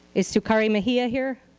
is sucari mahia here?